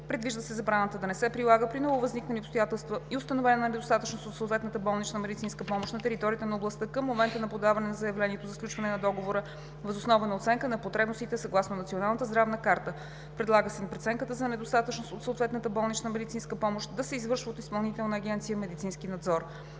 Предвижда се забраната да не се прилага при нововъзникнали обстоятелства и установена недостатъчност от съответната болнична медицинска помощ на територията на областта към момента на подаване на заявлението за сключване на договора въз основа на оценка на потребностите съгласно Националната здравна карта. Предлага се преценката за недостатъчност от съответната болнична медицинска помощ да се извършва от Изпълнителна агенция „Медицински надзор“.